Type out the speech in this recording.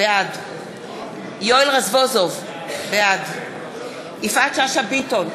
בעד יואל רזבוזוב, בעד יפעת שאשא ביטון,